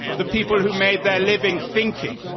the people who made their living thinking,